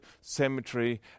cemetery